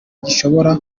gishobora